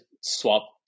swap